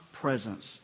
presence